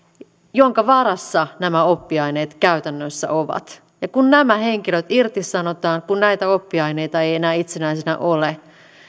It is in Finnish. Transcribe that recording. jonka varassa nämä oppiaineet käytännössä ovat ja kun nämä henkilöt irtisanotaan kun näitä oppiaineita ei enää itsenäisinä ole